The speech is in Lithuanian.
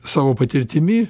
savo patirtimi